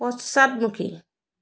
পশ্চাদমুখী